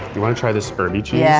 you want to try this herby cheese? yeah